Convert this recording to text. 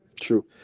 True